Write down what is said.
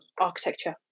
architecture